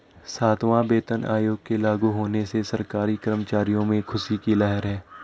सातवां वेतन आयोग के लागू होने से सरकारी कर्मचारियों में ख़ुशी की लहर है